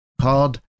Called